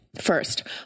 First